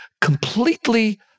completely